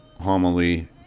homily